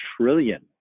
trillion